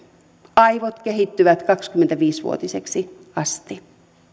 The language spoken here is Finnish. aivot kehittyvät kaksikymmentäviisi vuotiseksi asti